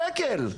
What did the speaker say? שקל.